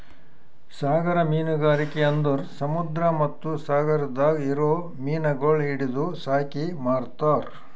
ಸಾಗರ ಮೀನುಗಾರಿಕೆ ಅಂದುರ್ ಸಮುದ್ರ ಮತ್ತ ಸಾಗರದಾಗ್ ಇರೊ ಮೀನಗೊಳ್ ಹಿಡಿದು ಸಾಕಿ ಮಾರ್ತಾರ್